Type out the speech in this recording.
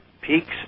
Peaks